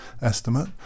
estimate